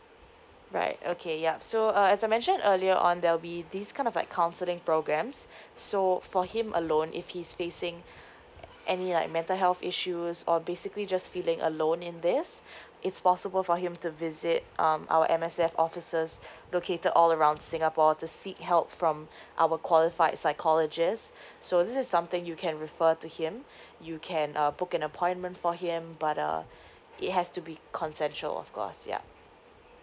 right okay yup so uh as I mentioned earlier on there will be this kind of like counselling programmes so for him alone if he's facing any like mental health issues or basically just feeling alone in this it's possible for him to visit um our M_S_F offices located all around singapore to seek help from our qualified psychologist so this is something you can refer to him you can uh book an appointment for him but uh it has to be consensual of course yup